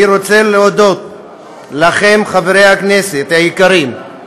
אני רוצה להודות לכם, חברי הכנסת היקרים,